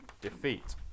defeat